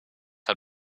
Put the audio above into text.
had